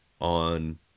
on